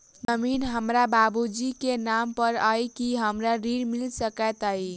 जमीन हमरा बाबूजी केँ नाम पर अई की हमरा ऋण मिल सकैत अई?